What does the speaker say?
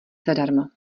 zadarmo